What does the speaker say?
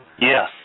Yes